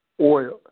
Oil